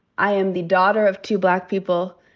i am the daughter of two black people.